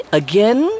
again